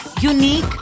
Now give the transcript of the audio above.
unique